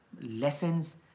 lessons